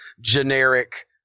generic